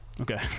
Okay